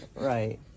Right